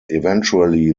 eventually